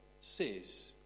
says